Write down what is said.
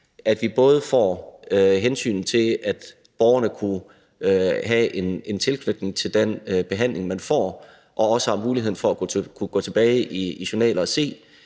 at vi både tager hensyn til, at borgerne kan have en tilknytning til den behandling, de får, og også har mulighed for at kunne gå tilbage i deres journaler og